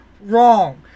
wrong